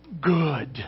good